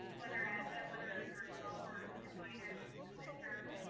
whether ah whether you're a developer, a designer, a mentor,